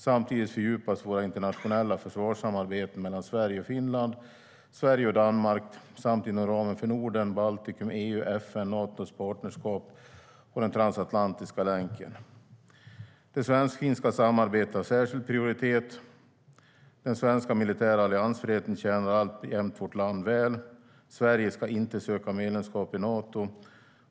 Samtidigt fördjupas våra internationella försvarssamarbeten mellan Sverige och Finland, Sverige och Danmark samt inom ramen för Norden, Baltikum, EU, FN, Natos partnerskap och den transatlantiska länken. Det svensk-finska samarbetet har särskild prioritet. Den svenska militära alliansfriheten tjänar alltjämt vårt land väl. Sverige ska inte söka medlemskap i Nato.